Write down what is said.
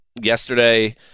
yesterday